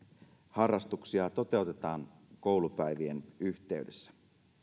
harrastuksia toteutetaan koulupäivien yhteydessä